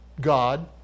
God